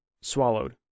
Swallowed